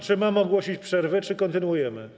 Czy mam ogłosić przerwę, czy kontynuujemy?